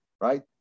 right